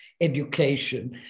education